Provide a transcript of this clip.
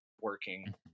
working